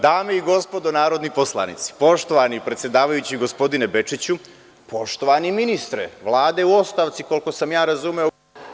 dame i gospodo narodni poslanici, poštovani predsedavajući gospodine Bečiću, poštovani ministre Vlade u ostavci, koliko sam razumeo…